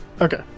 Okay